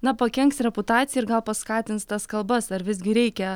na pakenks reputacijai ir gal paskatins tas kalbas ar visgi reikia